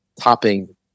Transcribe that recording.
topping